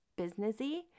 businessy